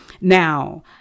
Now